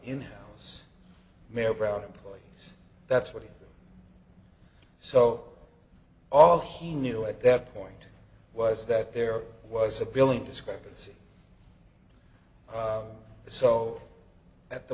in house mayor brown employees that's what so all he knew at that point was that there was a billing discrepancy so at the